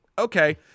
Okay